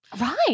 Right